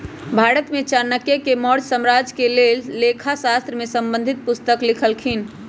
भारत में चाणक्य ने मौर्ज साम्राज्य के लेल लेखा शास्त्र से संबंधित पुस्तक लिखलखिन्ह